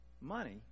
money